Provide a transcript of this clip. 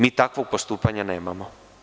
Mi takvog postupanja nemamo.